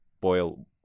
boil